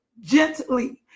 gently